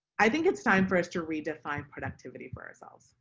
i think it's time for us to redefine productivity for ourselves.